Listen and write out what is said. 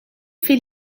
fait